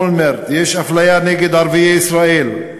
אולמרט: יש אפליה נגד ערביי ישראל.